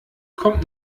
kommt